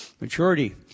maturity